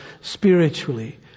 spiritually